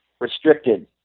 restricted